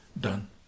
done